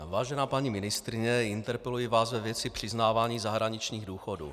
Vážená paní ministryně, interpeluji vás ve věci přiznávání zahraničních důchodů.